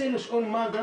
אני רוצה לשאול את מד"א,